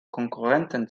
konkurrenten